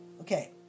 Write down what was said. Okay